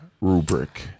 rubric